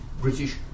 British